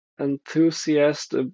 enthusiast